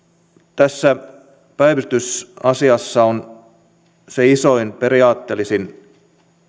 tässä päivystysasiassa se isoin periaatteellisin